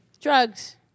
drugs